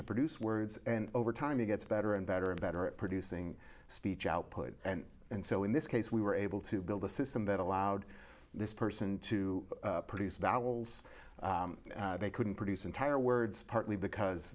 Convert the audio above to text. to produce words and over time he gets better and better and better at producing speech output and so in this case we were able to build a system that allowed this person to produce valuables they couldn't produce entire words partly because